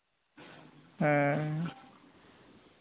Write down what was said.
ᱦᱮᱸ